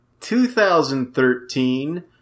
2013